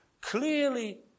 clearly